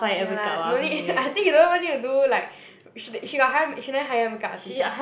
ya lah no need I think you don't even need to do like she she got hire she never hire make up artist ah